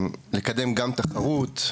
לקדם תחרות,